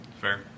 Fair